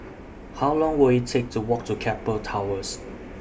How Long Will IT Take to Walk to Keppel Towers